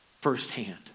firsthand